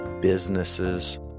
businesses